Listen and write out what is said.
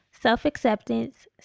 self-acceptance